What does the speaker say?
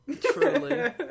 Truly